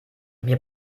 mir